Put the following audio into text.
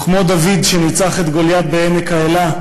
וכמו דוד שניצח את גוליית בעמק-האלה,